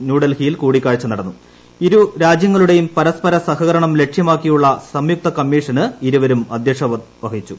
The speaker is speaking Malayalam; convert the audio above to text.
ന്യൂഡൽഹിയിൽ നടന്ന ഇരുരാജ്യങ്ങളുടെയും പരസ്പര സഹകരണം ലക്ഷ്യമാക്കിയുള്ള സംയുക്ത കമ്മീഷന് ഇരുവരും അധ്യക്ഷത വഹിച്ചു